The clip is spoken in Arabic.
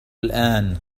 الآن